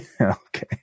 okay